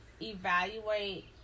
evaluate